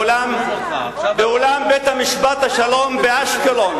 באולם בית-משפט השלום באשקלון,